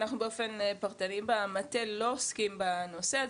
באופן פרטני במטה, לא עוסקים בנושא הזה.